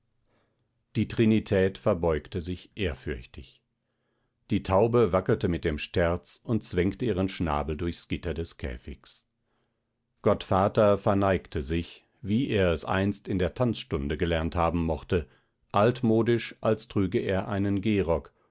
die trinität verbeugte sich ehrfürchtig die taube wackelte mit dem sterz und zwängte ihren schnabel durchs gitter des käfigs gottvater verneigte sich wie er es einst in der tanzstunde gelernt haben mochte altmodisch als trüge er einen gehrock